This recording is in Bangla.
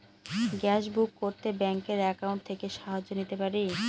গ্যাসবুক করতে ব্যাংকের অ্যাকাউন্ট থেকে সাহায্য নিতে পারি?